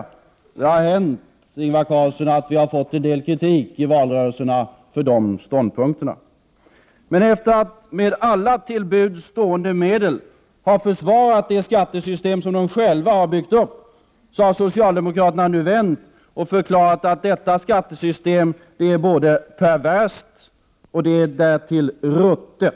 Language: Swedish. Det har hänt, Ingvar Carlsson, att vi fått en hel del kritik i valrörelserna för våra ståndpunkter. Men efter att med alla till buds stående medel ha försvarat detta skattesystem som de själva byggt upp har socialdemokraterna nu vänt och förklarat att detta skattesystem är både perverst och därtill ruttet.